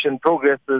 progresses